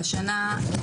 השנה,